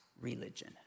religion